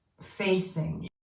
facing